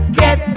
get